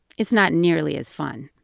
it's not nearly as fun.